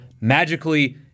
Magically